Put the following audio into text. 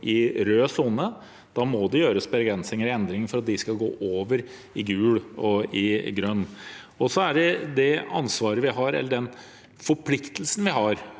i rød sone. Da må det gjøres begrensninger eller endringer for at de skal gå over i gul og i grønn sone. Til det ansvaret vi har, eller den forpliktelsen vi har,